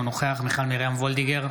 אינו נוכח מיכל מרים וולדיגר,